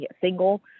single